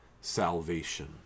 salvation